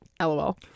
LOL